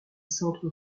centres